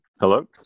Hello